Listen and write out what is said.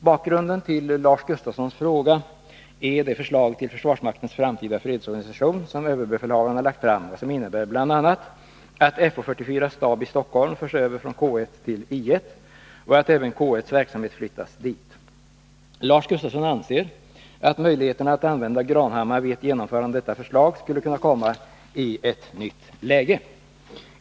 Bakgrunden till Lars Gustafssons fråga är det förslag till försvarsmaktens framtida fredsorganisation som överbefälhavaren har lagt fram och som innebär bl.a. att Fo 44 stab i Stockholm förs över från K 1 till I 1 och att även K 1:s verksamhet flyttas dit. Lars Gustafsson anser att möjligheterna att använda Granhammar vid ett genomförande av detta förslag skulle kunna komma i ett nytt läge.